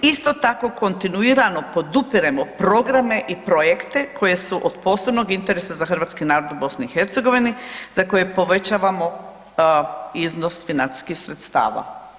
Isto tako kontinuirano podupiremo programe i projekte koji su od posebnog interesa za hrvatski narod u BiH za koje povećamo iznos financijskih sredstava.